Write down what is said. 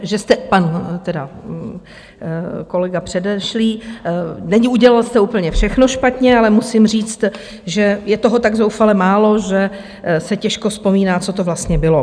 Že jste, pan tedy kolega předešlý, neudělal jste úplně všechno špatně, ale musím říct, že je toho tak zoufale málo, že se těžko vzpomíná, co to vlastně bylo.